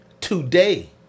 today